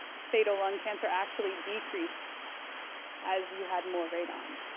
fatal lung cancer actually decreased as you had more radon.